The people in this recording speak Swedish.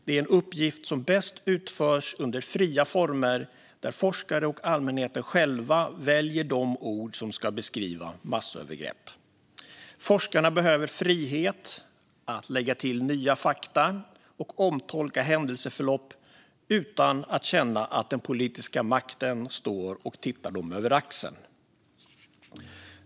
Det är en uppgift som bäst utförs under fria former där forskare och allmänhet själva väljer de ord som ska beskriva massövergrepp. Forskarna behöver frihet att lägga till nya fakta och omtolka händelseförlopp utan att känna att den politiska makten står och tittar dem över axeln.